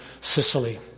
Sicily